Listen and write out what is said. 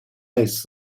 类似